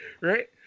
right